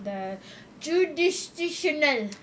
the jurisdictional